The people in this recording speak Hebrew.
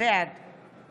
בעד